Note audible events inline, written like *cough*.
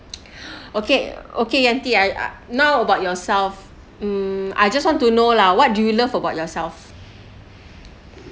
*breath* okay okay Yanti I now about yourself mm I just want to know lah what do you love about yourself